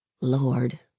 Lord